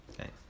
Okay